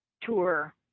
tour